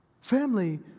Family